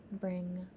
bring